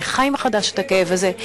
אני חי מחדש את הכאב הזה,